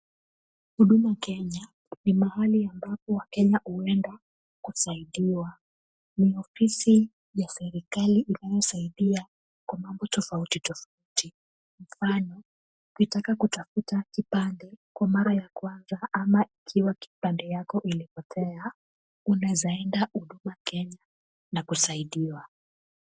Huduma Kenya ni mahali ambapo wakenya huenda kusaidiwa. Ni ofisi ya serikali inayosaidia kwa mambo tofauti tofauti. Mfano, ukitaka kutafuta kipande kwa mara ya kwanza ama ikiwa kipande cs] yako ilipotea, unaeza enda Huduma Kenya na kusaidiwa.